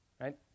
right